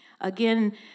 Again